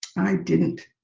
i didn't.